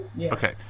Okay